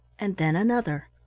and then another.